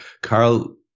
carl